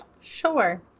Sure